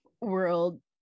world